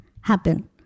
happen